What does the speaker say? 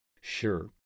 Sure